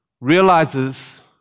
realizes